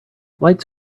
lights